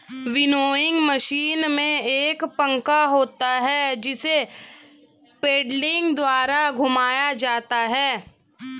winnowing machine में एक पंखा होता है जिसे पेडलिंग द्वारा घुमाया जाता है